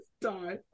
die